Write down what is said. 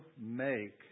make